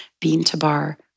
bean-to-bar